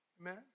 Amen